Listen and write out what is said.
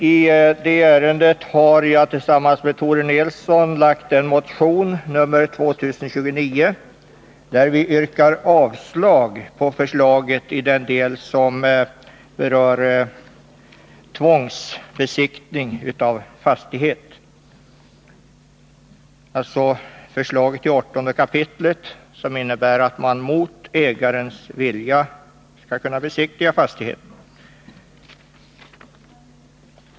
I det ärendet har jag tillsammans med Tore Nilsson väckt en motion, 1980/81:2029, där vi yrkar avslag på förslaget i den del som rör tvångsbesiktning av fastighet — alltså förslaget i 18 kap. som innebär att man mot ägarens vilja skall kunna besiktiga fastighet.